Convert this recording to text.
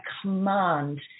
command